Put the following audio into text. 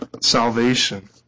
salvation